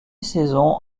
saison